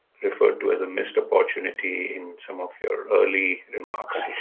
referred to as a missed opportunity in some of your early remarks.